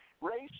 Race